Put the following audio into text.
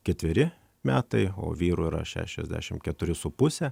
ketveri metai o vyrų yra šešiasdešim keturi su puse